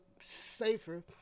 safer